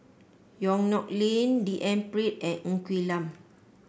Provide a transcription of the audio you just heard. Yong Nyuk Lin D N Pritt and Ng Quee Lam